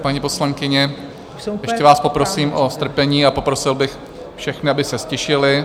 Paní poslankyně, ještě vás poprosím o strpení a poprosil bych všechny, aby se ztišili.